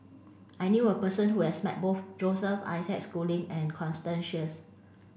I knew a person who has met both Joseph Isaac Schooling and Constance Sheares